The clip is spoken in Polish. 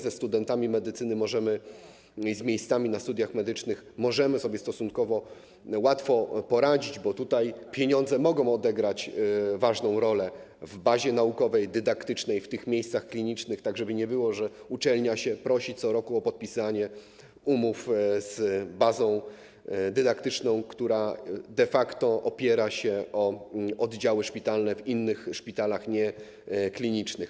Ze studentami medycyny, z miejscami na studiach medycznych możemy sobie stosunkowo łatwo poradzić, bo tutaj pieniądze mogą odegrać ważną rolę w bazie naukowej, dydaktycznej, w miejscach klinicznych, tak żeby nie było, że uczelnia prosi się co roku o podpisanie umów z bazą dydaktyczną, która de facto opiera się na oddziałach szpitalnych w innych szpitalach, nieklinicznych.